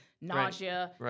nausea